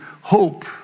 hope